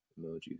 emojis